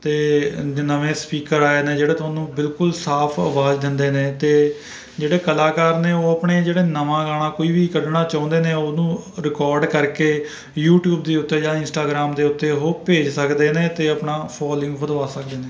ਅਤੇ ਜੋ ਨਵੇਂ ਸਪੀਕਰ ਆਏ ਨੇ ਜਿਹੜੇ ਤੁਹਾਨੂੰ ਬਿਲਕੁਲ ਸਾਫ ਆਵਾਜ਼ ਦਿੰਦੇ ਨੇ ਅਤੇ ਜਿਹੜੇ ਕਲਾਕਾਰ ਨੇ ਉਹ ਆਪਣੇ ਜਿਹੜੇ ਨਵਾਂ ਗਾਣਾ ਕੋਈ ਵੀ ਕੱਢਣਾ ਚਾਹੁੰਦੇ ਨੇ ਉਹਨੂੰ ਰਿਕਾਰਡ ਕਰਕੇ ਯੂਟਿਊਬ ਦੇ ਉੱਤੇ ਜਾਂ ਇੰਸਟਾਗ੍ਰਾਮ ਦੇ ਉੱਤੇ ਉਹ ਭੇਜ ਸਕਦੇ ਨੇ ਅਤੇ ਆਪਣਾ ਫੋਲਵਿੰਗ ਵਧਵਾ ਸਕਦੇ ਨੇ